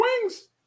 wings